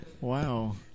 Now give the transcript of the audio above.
Wow